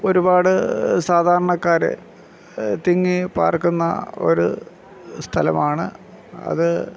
ഒരുപാട് സാധാരണക്കാര് തിങ്ങി പാർക്കുന്ന ഒര് സ്ഥലമാണ് അത്